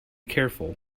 careful